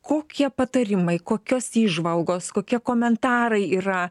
kokie patarimai kokios įžvalgos kokie komentarai yra